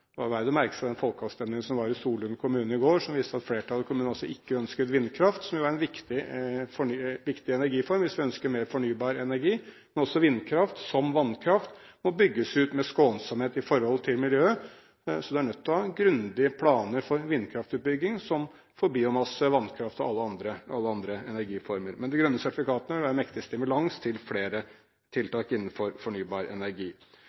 verd å merke seg den folkeavstemningen som var i Solund kommune i går, som viste at flertallet i kommunen ikke ønsket vindkraft, som jo er en viktig energiform hvis vi ønsker mer fornybar energi. Men også vindkraft – som vannkraft – må bygges ut med skånsomhet med tanke på miljøet, så vi er nødt til å ha grundige planer for vindkraftutbygging, som for biomasse, vannkraft og alle andre energiformer. Men de grønne sertifikatene vil være en viktig stimulans til flere tiltak innenfor fornybar energi.